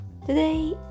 Today